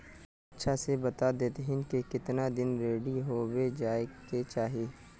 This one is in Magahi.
अच्छा से बता देतहिन की कीतना दिन रेडी होबे जाय के चही?